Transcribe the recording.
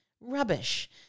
Rubbish